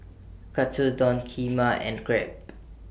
Katsudon Kheema and Crepe